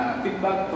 feedback